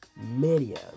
media